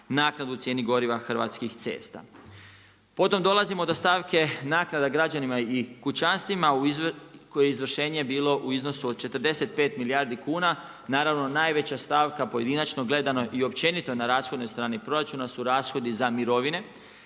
naknadu u cijeni goriva Hrvatskih cesta. Potom dolazimo do stavke naknada građanima i kućanstvima koje je izvršenje bilo u iznosu od 45 milijardi kuna. Naravno najveća stavka pojedinačno gledano i općenito na rashodnoj strani proračuna su rashodi za mirovine,